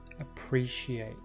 Appreciate